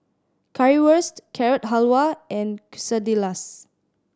Currywurst Carrot Halwa and Quesadillas